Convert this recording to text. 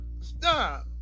Stop